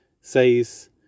says